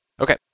Okay